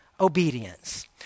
obedience